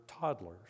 toddlers